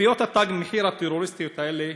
כנופיות "תג מחיר" הטרוריסטיות האלה